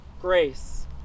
grace